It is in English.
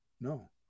No